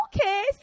Okay